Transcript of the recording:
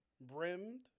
brimmed